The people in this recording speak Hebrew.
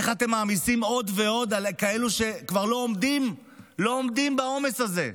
איך אתם מעמיסים עוד ועוד על כאלה שכבר לא עומדים בעומס הזה?